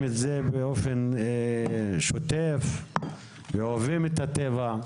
את זה באופן שוטף ואוהבים את הטבע,